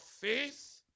faith